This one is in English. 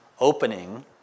opening